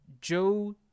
Joe